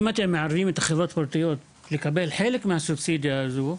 אם אתם מערבים את החברות הפרטיות לקבל חלק מהסובסידיה הזו,